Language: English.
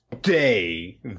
day